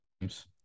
games